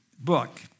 book